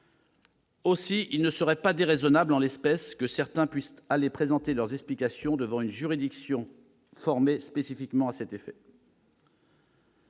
Aussi, il ne serait pas déraisonnable, en l'espèce, que certains puissent aller présenter leurs explications devant une juridiction spécifiquement formée à cet effet.